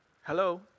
Hello